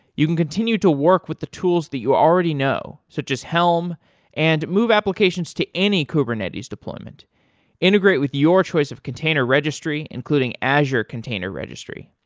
you can continue to work with the tools that you already know such as helm and move applications to any kubernetes deployment integrate with your choice off container registry including azure container registry.